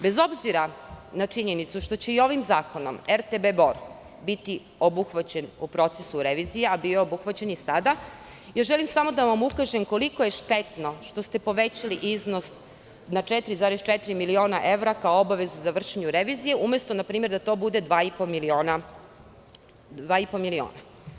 Bez obzira na činjenicu što će i ovim zakonom RTB Bor biti obuhvaćen u procesu revizije, a bio je obuhvaćen i sada, želim samo da vam ukažem koliko je štetno što ste povećali iznos na 4,4 miliona evra kao obavezu za vršenju revizije umesto na primer, da to bude 2,5 miliona.